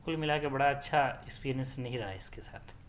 تو کل ملا کے بڑا اچھا اسپرینس نہیں رہا اس کے ساتھ